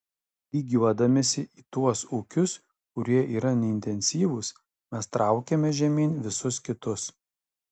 lygiuodamiesi į tuos ūkius kurie yra neintensyvūs mes traukiame žemyn visus kitus